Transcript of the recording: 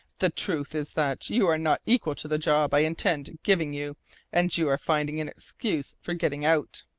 the truth is that you are not equal to the job i intended giving you and you are finding an excuse for getting out.